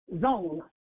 zone